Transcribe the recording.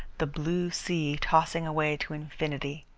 the blue sea tossing away to infinity,